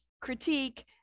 critique